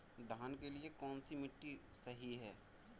धान के लिए कौन सी मिट्टी सही है?